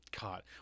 God